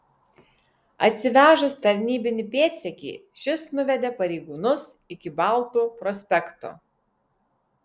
atsivežus tarnybinį pėdsekį šis nuvedė pareigūnus iki baltų prospekto